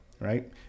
right